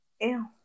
Ew